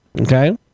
okay